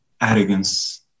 Arrogance